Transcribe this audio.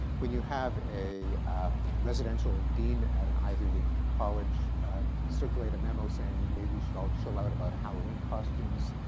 when you have a residential dean at an ivy league college circulate a memo saying maybe we should all chill out about halloween costumes,